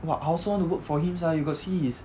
!wah! I also want to work for him sia you got see his